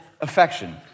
affection